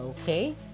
Okay